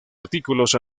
artículos